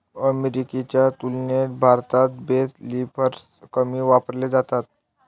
अमेरिकेच्या तुलनेत भारतात बेल लिफ्टर्स कमी वापरले जातात